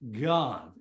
God